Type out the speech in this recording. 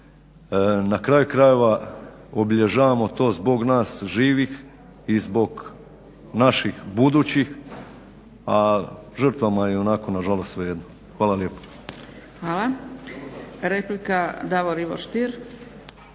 Na kraju krajeva obilježavamo to zbog nas živih i zbog naših budućih a žrtvama je i onako nažalost svejedno. Hvala lijepo. **Zgrebec, Dragica